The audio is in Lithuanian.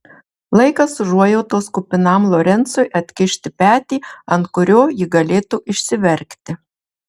laikas užuojautos kupinam lorencui atkišti petį ant kurio ji galėtų išsiverkti